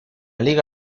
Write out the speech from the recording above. liga